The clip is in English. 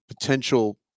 potential